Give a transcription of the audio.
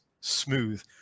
smooth